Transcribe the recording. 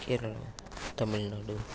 Kerala Tamil Nadu